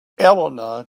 elena